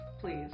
please